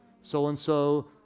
so-and-so